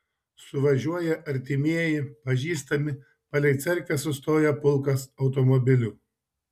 suvažiuoja artimieji pažįstami palei cerkvę sustoja pulkas automobilių